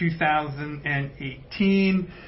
2018